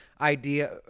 idea